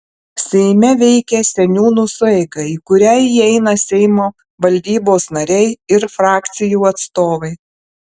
seime veikia seniūnų sueiga į kurią įeina seimo valdybos nariai ir frakcijų atstovai